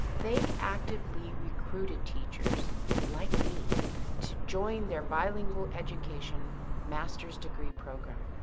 they actively recruited teachers like me to join their bilingual education master's degree program.